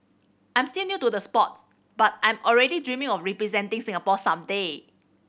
I'm still new to the sports but I am already dreaming of representing Singapore some day